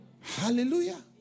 Hallelujah